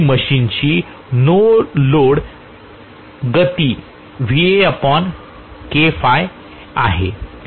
तर ही मशीनची नो लोड लोड गती आहे